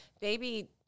baby